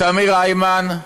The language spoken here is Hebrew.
תמיר היימן,